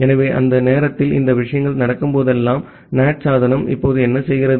எனவே அந்த நேரத்தில் இந்த விஷயங்கள் நடக்கும்போதெல்லாம் NAT சாதனம் இப்போது என்ன செய்கிறது